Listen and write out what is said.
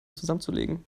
zusammenzulegen